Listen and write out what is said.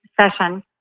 session